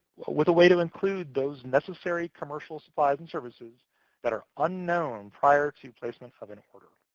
with a way to include those necessary commercial supplies and services that are unknown prior to placement of an order.